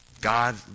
God